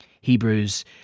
Hebrews